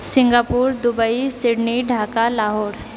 Singapore Dubai Sydney Dhaka Lahore